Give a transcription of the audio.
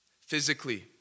physically